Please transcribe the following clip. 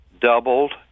doubled